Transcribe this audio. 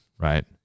Right